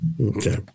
Okay